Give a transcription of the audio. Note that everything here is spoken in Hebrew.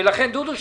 אני